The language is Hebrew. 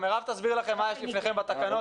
מירב תסביר לכם מה יש לפניכם בתקנות,